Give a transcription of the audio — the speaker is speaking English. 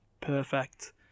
Perfect